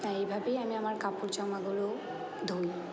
তাই এইভাবেই আমি আমার কাপড় জামাগুলো ধুই